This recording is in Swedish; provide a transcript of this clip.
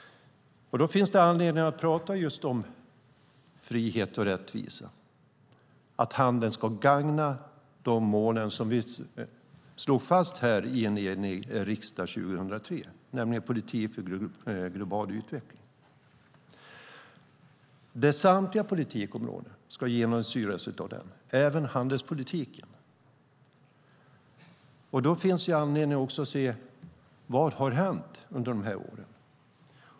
Då finns det anledning att prata just om frihet och rättvisa, att handeln ska gagna de mål som vi slog fast här i riksdagen 2003, nämligen politik för global utveckling. Samtliga politikområden ska genomsyras av det, även handelspolitiken. Då finns det också anledning att se: Vad har hänt under dessa år?